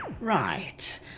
Right